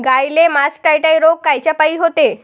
गाईले मासटायटय रोग कायच्यापाई होते?